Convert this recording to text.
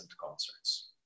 concerts